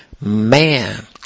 Man